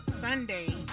Sunday